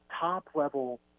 top-level